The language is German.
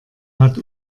hat